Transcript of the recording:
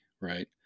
Right